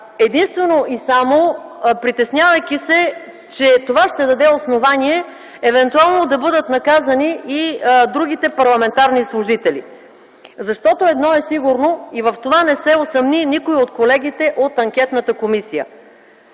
единствено и само притеснявайки се, че това ще даде основание евентуално да бъдат наказани и другите парламентарни служители. Защото едно е сигурно, и в това не се усъмни никой от колегите от Анкетната комисия,